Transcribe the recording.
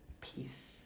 peace